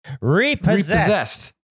Repossessed